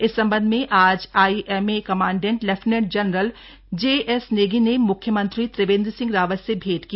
इस संबंध में आज IMA commandant lieutenant general J S Negi ने म्ख्यमंत्री त्रिवेन्द्र सिंह रावत से भैंट की